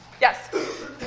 Yes